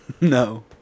no